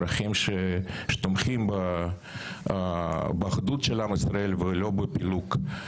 ערכים שתומכים באחדות של עם ישראל ולא בפילוג.